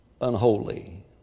Unholy